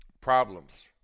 problems